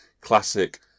classic